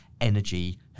energy